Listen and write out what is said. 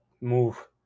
move